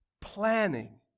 planning